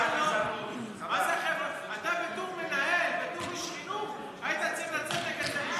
לא, דווקא אתה היית צריך לצאת נגד זה ראשון.